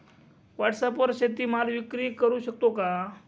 व्हॉटसॲपवर शेती माल विक्री करु शकतो का?